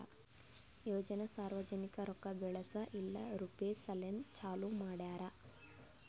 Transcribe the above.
ಯೋಜನೆ ಸಾರ್ವಜನಿಕ ರೊಕ್ಕಾ ಬೆಳೆಸ್ ಇಲ್ಲಾ ರುಪೀಜ್ ಸಲೆಂದ್ ಚಾಲೂ ಮಾಡ್ಯಾರ್